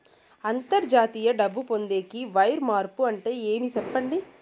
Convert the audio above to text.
అంతర్జాతీయ డబ్బు పొందేకి, వైర్ మార్పు అంటే ఏమి? సెప్పండి?